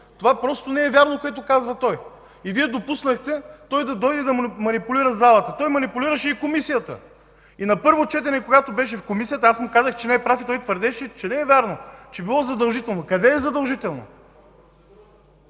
той, просто не е вярно. Вие допуснахте да дойде да манипулира залата. Той манипулираше и Комисията. На първо четене, когато беше в Комисията, аз му казах, че не е прав, но той твърдеше, че не е вярно, че било задължително. Къде е задължително?